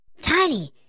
Tiny